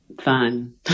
fun